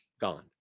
gone